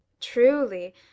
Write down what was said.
truly